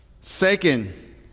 Second